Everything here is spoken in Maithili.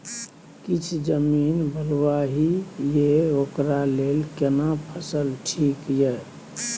किछ जमीन बलुआही ये ओकरा लेल केना फसल ठीक ये?